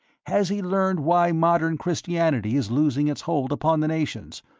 has he learned why modern christianity is losing its hold upon the nations,